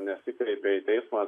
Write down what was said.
nesikreipė į teismą